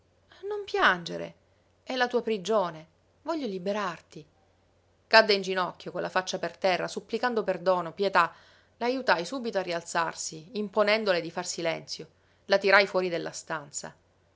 non piangere è la tua prigione voglio liberarti cadde in ginocchio con la faccia per terra supplicando perdono pietà la ajutai subito a rialzarsi imponendole di far silenzio la tirai fuori della stanza